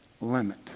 limit